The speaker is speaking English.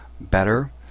better